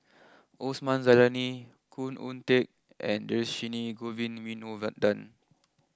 Osman Zailani Khoo Oon Teik and Dhershini Govin Winodan